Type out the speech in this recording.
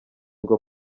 ngo